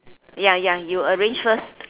ya ya you arrange first